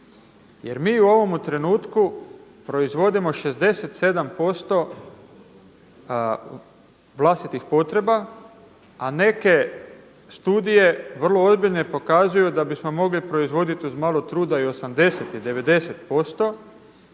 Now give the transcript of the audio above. Jer mi u ovome trenutku proizvodimo 67% vlastitih potreba a neke studije vrlo ozbiljne pokazuju da bismo mogli proizvoditi uz malo truda i 80 i 90%